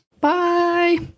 Bye